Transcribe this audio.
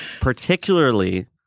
particularly